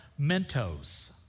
Mentos